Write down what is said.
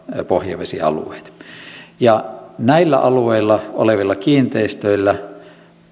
pohjavesialueita näillä alueilla olevilla kiinteistöillä